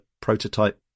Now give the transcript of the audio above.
prototype